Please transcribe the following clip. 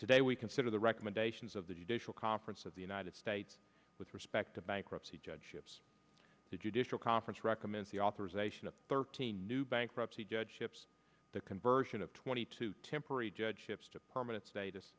today we consider the recommendations of the judicial conference of the united states with respect to bankruptcy judge ships the judicial conference recommends the authorization of thirteen new bankruptcy judge ships the conversion of twenty two temporary judgeships to permanent status